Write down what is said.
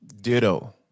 ditto